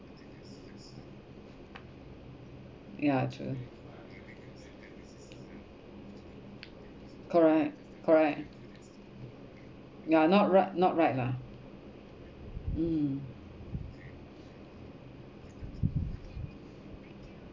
yeah true correct correct ya not right not right lah mm